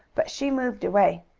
but she moved away.